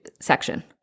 section